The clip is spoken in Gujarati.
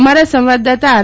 અમારા સંવાદદાતા આર